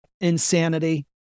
insanity